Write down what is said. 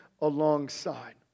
alongside